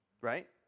Right